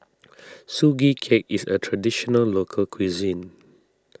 Sugee Cake is a Traditional Local Cuisine